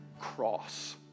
cross